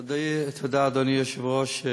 תודה, אדוני היושב-ראש.